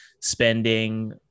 spending